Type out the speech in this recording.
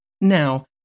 Now